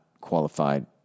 qualified